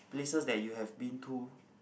places that you have been to